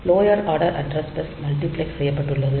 lower order address bus multiplex செய்யப்பட்டுள்ளது